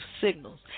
signals